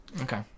Okay